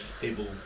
people